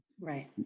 Right